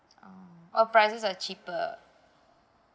oh uh prices are cheaper